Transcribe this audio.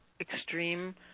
extreme